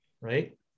Right